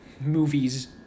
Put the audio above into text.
movies